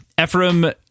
Ephraim